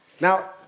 Now